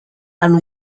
and